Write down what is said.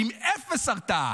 עם אפס הרתעה.